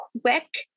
quick